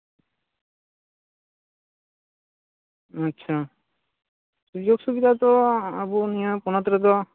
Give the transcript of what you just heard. ᱟᱪᱪᱷᱟ ᱥᱩᱡᱳᱜᱽ ᱥᱩᱵᱤᱫᱟ ᱫᱚ ᱟᱵᱚ ᱱᱤᱭᱟᱹ ᱯᱚᱱᱚᱛ ᱨᱮᱫᱚ